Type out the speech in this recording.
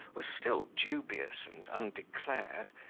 was still dubious and undeclared,